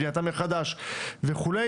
בנייתם מחדש וכו',